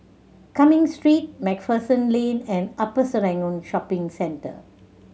Cumming Street Macpherson Lane and Upper Serangoon Shopping Centre